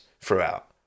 throughout